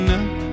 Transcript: up